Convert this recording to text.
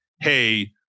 Hey